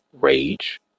rage